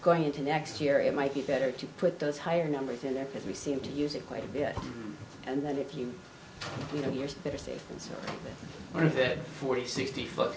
going into next year it might be better to put those higher numbers in there because we seem to use it quite a bit and then if you you know years that are safe and so on if it forty sixty foot